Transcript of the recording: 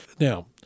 Now